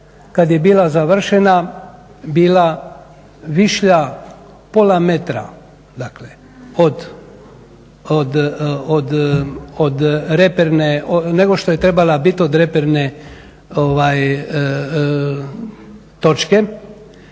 kada je bila završena bila višlja pola metra nego što je trebala biti od reperne točke,